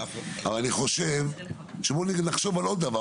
אבל אני חושב שבוא רגע נחשוב על עוד דבר,